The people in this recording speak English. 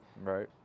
Right